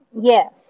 Yes